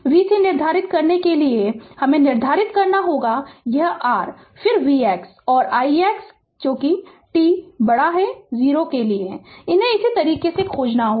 v c निर्धारित करने के लिए निर्धारित करना होगा कि यह r है फिर vx और ix t 0 के लिए इन्हें इसे सही तरीके से खोजना होगा